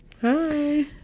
hi